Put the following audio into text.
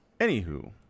Anywho